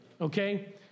okay